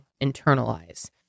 internalize